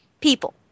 People